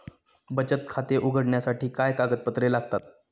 बचत खाते उघडण्यासाठी काय कागदपत्रे लागतात?